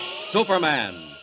Superman